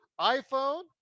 iphone